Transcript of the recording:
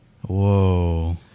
Whoa